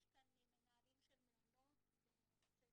יש כאן מנהלים של מעונות ואני חושבת